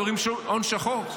דברים של הון שחור,